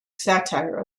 satire